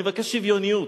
אני מבקש שוויוניות.